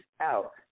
out